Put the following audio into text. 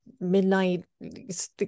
Midnight